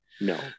No